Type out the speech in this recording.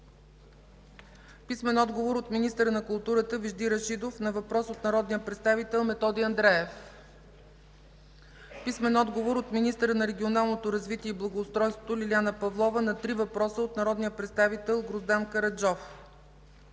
Петрова; - от министъра на културата Вежди Рашидов на въпрос от народния представител Методи Андреев; - от министъра на регионалното развитие и благоустройството Лиляна Павлова на три въпроса от народния представител Гроздан Караджов;